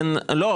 לא,